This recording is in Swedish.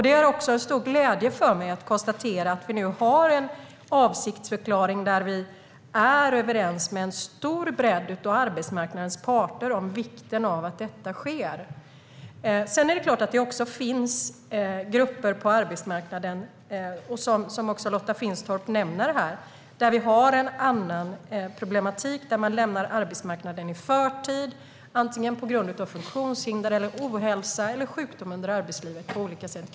Det är också en stor glädje för mig att konstatera att vi nu har en avsiktsförklaring där vi är överens med en stor del av arbetsmarknadens parter om vikten av att detta sker. Sedan är det klart att det också finns grupper på arbetsmarknaden, som Lotta Finstorp också nämner, där det finns en annan problematik. Det är människor som lämnar arbetsmarknaden i förtid på grund av funktionshinder, ohälsa eller sjukdom under arbetslivet.